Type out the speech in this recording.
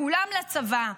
כולם לצבא.